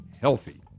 healthy